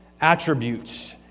attributes